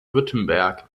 württemberg